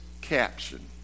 caption